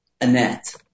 Annette